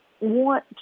want